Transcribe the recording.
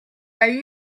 jäi